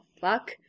fuck